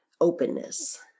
openness